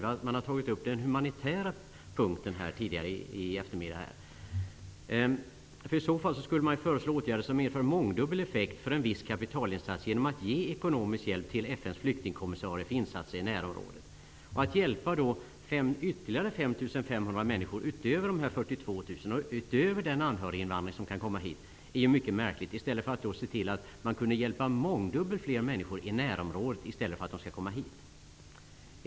I den tidigare debatten har de humanitära skälen tagits upp, men om de humanitära skälen vore det viktiga skulle man snarare föreslå att ekonomisk hjälp ges till FN:s flyktingkommissarie för insatser i närområdet, eftersom det är en åtgärd som medför mångdubbel effekt för den kapitalinsats som görs. Att hjälpa ytterligare 5 500 människor, utöver de 42 000 och utöver den anhöriginvandring som det kan bli fråga om, är mycket märkligt. I stället för att låta dessa människor komma hit kunde man hjälpa mångdubbelt fler i närområdet.